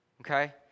Okay